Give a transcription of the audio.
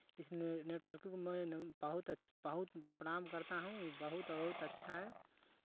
इसलिए नेटवर्क को मैं ना बहुत प्रणाम करता हूँ बहुत बहुत अच्छा है